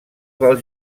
del